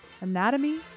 Anatomy